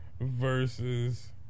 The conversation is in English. versus